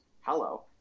Hello